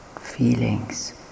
feelings